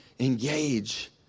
engage